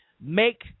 make